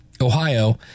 Ohio